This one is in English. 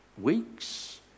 weeks